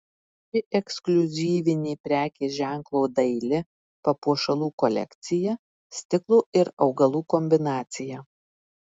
ši ekskliuzyvinė prekės ženklo daili papuošalų kolekcija stiklo ir augalų kombinacija